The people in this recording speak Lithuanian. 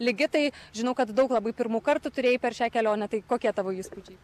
ligitai žinau kad daug labai pirmų kartų turėjai per šią kelionę tai kokie tavo įspūdžiai